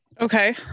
Okay